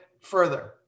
further